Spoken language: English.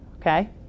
okay